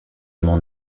m’en